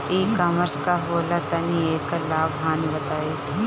ई कॉमर्स का होला तनि एकर लाभ हानि बताई?